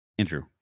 Andrew